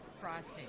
frosting